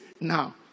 Now